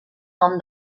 nom